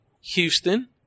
Houston